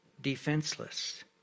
defenseless